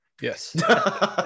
Yes